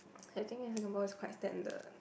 I think in Singapore it's quite standard